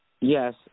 Yes